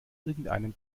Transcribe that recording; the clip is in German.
irgendeinem